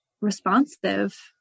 responsive